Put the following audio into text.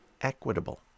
equitable